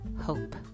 hope